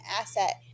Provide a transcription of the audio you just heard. asset